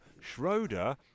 Schroeder